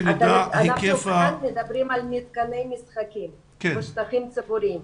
אנחנו כאן מדברים על מתקני משחקים בשטחים ציבוריים.